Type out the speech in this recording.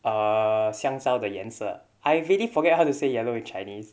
err 香蕉的颜色 I really forget how to say yellow in chinese